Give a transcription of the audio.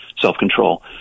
self-control